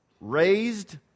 raised